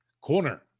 Corner